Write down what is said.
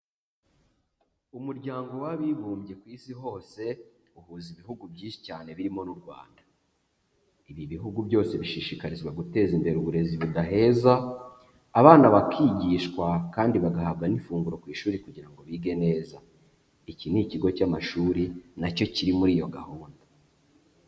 Umuryango w'Abibumbye ku isi hose, uhuza ibihugu byinshi cyane birimo n'u Rwanda, ibi bihugu byose bishishikarizwa guteza imbere uburezi budaheza, abana bakigishwa kandi bagahabwa n'ifunguro ku ishuri kugira ngo bige neza, iki ni ikigo cy'amashuri na cyo kiri muri iyo gahunda.